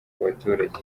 baturage